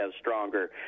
stronger